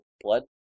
blood